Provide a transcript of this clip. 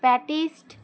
patties